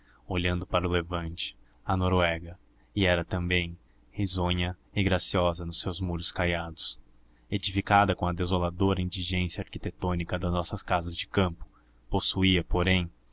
olhando para o levante a noruega e era também risonha e graciosa nos seus caiados edificada com a desoladora indigência arquitetônica das nossas casas de campo possuía porém